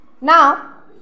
Now